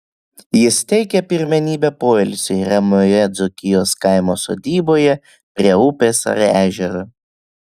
jis teikia pirmenybę poilsiui ramioje dzūkijos kaimo sodyboje prie upės ar ežero